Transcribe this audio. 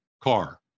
car